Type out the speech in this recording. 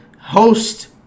host